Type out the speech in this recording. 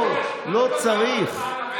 לא צריך.